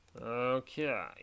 Okay